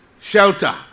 shelter